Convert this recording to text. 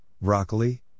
broccoli